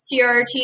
CRT